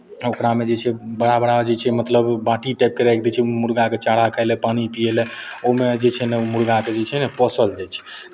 ओकरामे जे छै बड़ा बड़ा जे छै मतलब बाटी टाइपके राखि दै छै मुरगाके चारा खाय लए पानि पियै लए ओहिमे जे छै ने मुरगाके छै ने पोसल जाइ छै